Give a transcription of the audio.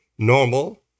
Normal